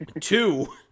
two